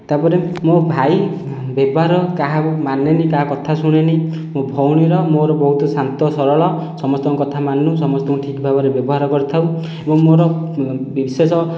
ତା'ପରେ ମୋ ଭାଇ ବ୍ୟବହାର କାହାକୁ ମାନେନି କାହା କଥା ଶୁଣେନି ମୋ ଭଉଣୀର ମୋର ବହୁତ ଶାନ୍ତ ସରଳ ସମସ୍ତଙ୍କ କଥା ମାନୁ ସମସ୍ତଙ୍କୁ ଠିକ ଭାବରେ ବ୍ୟବହାର କରିଥାଉ ଏବଂ ମୋର ବିଶେଷ